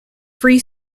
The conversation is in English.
free